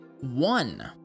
One